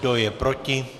Kdo je proti?